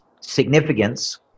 significance